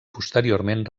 posteriorment